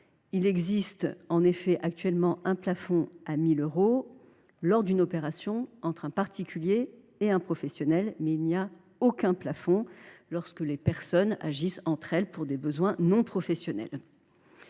Il existe en effet actuellement un plafond de 1 000 euros lorsque l’opération a lieu entre un particulier et un professionnel, mais il n’y a aucun plafond lorsque les personnes n’agissent pas pour des besoins professionnels.